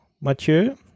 Mathieu